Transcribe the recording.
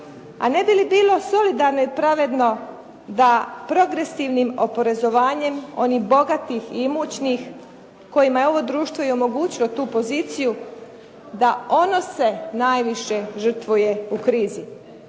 A ne bi li bilo solidarno i pravedno da progresivnim oporezovanjem onih bogatih i imućnih kojima je ovo društvo i omogućilo tu poziciju da ono se najviše žrtvuje u krizi.